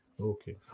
Okay